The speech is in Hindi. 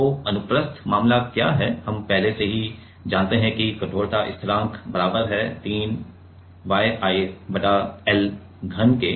तो अनुप्रस्थ मामला क्या है हम पहले से ही जानते हैं कि कठोरता स्थिरांक बराबर है 3 Y I बटा l घन के